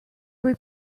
lui